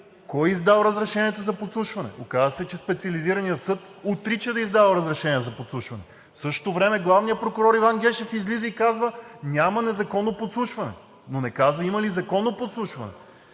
кой е издал разрешенията за подслушване. Оказа се, че Специализираният съд отрича да е издавал разрешения за подслушване, а в същото време главният прокурор Иван Гешев излиза и казва: няма незаконно подслушване, но не казва има ли законно подслушване.